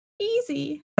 Easy